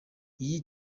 iyi